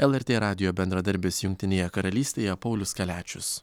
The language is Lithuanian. lrt radijo bendradarbis jungtinėje karalystėje paulius kaliačius